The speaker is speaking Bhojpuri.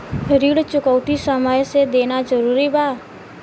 ऋण चुकौती समय से देना जरूरी बा?